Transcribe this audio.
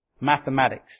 mathematics